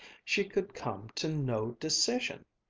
she could come to no decision!